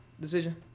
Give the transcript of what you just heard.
decision